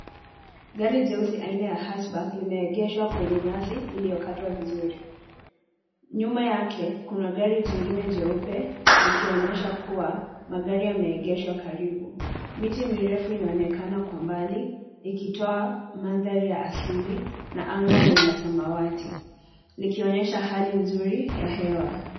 Gari jeusi haina ya Hatchback limeengesha kwenye nyasi ilio katwa vizuri. Nyuma yake kuna gari jingine jeupe likionyesha kuwa magari yameegeshwa karibu. Miti mirefu inaonekana kwa mbali ikitoa madhari ya asili na anga nila samawati likionyesha hali nzuri ya hewa.